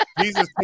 Jesus